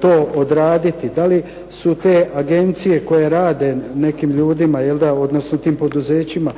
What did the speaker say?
to odraditi, da li su te agencije koje rade nekim ljudima jelda, odnosno tim poduzećima